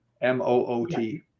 M-O-O-T